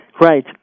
Right